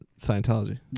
Scientology